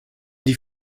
die